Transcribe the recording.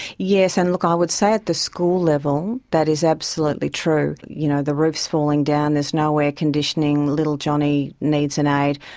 yes, and look, i would say at the school level that is absolutely true. you know, the roof's falling down, there's no air conditioning, little johnny needs an aide,